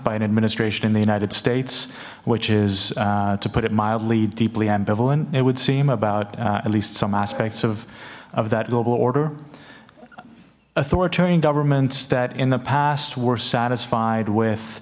by an administration in the united states which is to put it mildly deeply ambivalent it would seem about at least some aspects of of that global order authoritarian governments that in the past were satisfied with